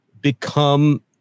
become